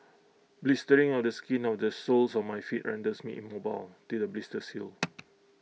blistering of the skin on the soles of my feet renders me immobile till the blisters heal